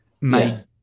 made